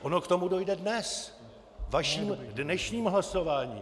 Ono k tomu dojde dnes vaším dnešním hlasováním!